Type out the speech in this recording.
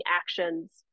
actions